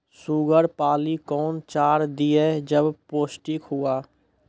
Sugar पाली कौन चार दिय जब पोस्टिक हुआ?